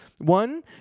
One